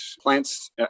plants